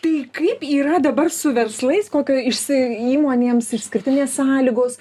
tai kaip yra dabar su verslais kokio išsi įmonėms išskirtinės sąlygos